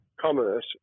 commerce